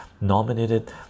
nominated